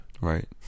Right